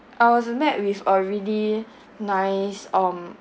I was met with a really nice um